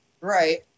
right